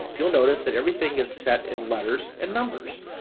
you'll notice that everything is set in letters and numbers.